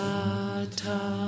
Sata